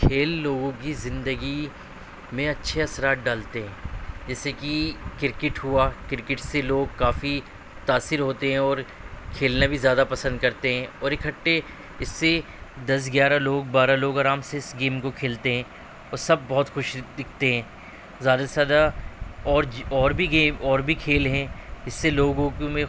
کھیل لوگوں کی زندگی میں اچھے اثرات ڈالتے ہیں جیسے کہ کرکٹ ہُوا کرکٹ سے لوگ کافی تاثیر ہوتے ہیں اور کھیلنا بھی زیادہ پسند کرتے ہیں اور اکٹھے اِسے دس گیارہ لوگ بارہ لوگ آرام سے اِس گیم کو کھیلتے ہیں اور سب بہت خوش دکھتے ہیں زیادہ سے زیادہ اور اور بھی گیم اور بھی کھیل ہیں ِاس سے لوگوں کو میں خوش